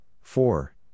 four